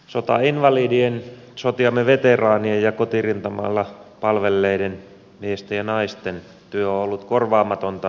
sotainvalidien sotiemme veteraanien ja kotirintamalla palvelleiden miesten ja naisten työ on ollut korvaamatonta maamme eteen